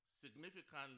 significantly